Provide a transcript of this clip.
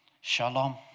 Shalom